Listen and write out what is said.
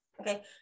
okay